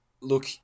Look